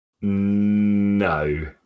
No